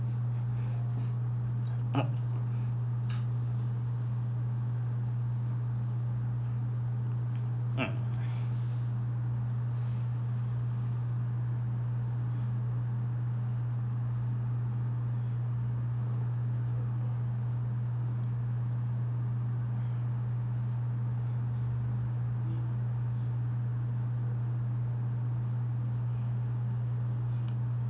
mm